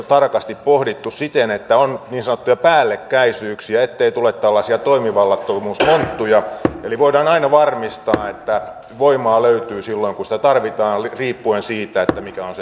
tarkasti pohdittu siten että on niin sanottuja päällekkäisyyksiä ettei tule tällaisia toimivallattomuusmonttuja eli että voidaan aina varmistaa että voimaa löytyy silloin kun sitä tarvitaan riippuen siitä mikä on